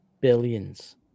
billions